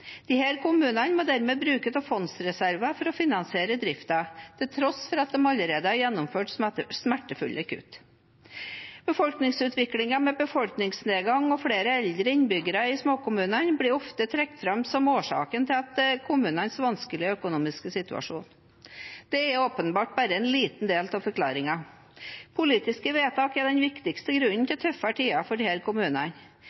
kommunene må dermed bruke av fondsreserver for å finansiere driften, til tross for at de allerede har gjennomført smertefulle kutt. Befolkningsutviklingen med befolkningsnedgang og flere eldre innbyggere i småkommunene blir ofte trukket fram som årsaken til kommuners vanskelige økonomiske situasjon. Dette er åpenbart bare en liten del av forklaringen. Politiske vedtak er den viktigste grunnen